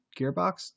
gearbox